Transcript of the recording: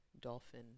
dolphin